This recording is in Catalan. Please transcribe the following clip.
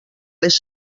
les